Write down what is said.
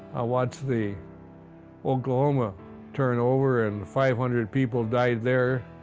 watched the oklahoma turn over and five hundred people died there.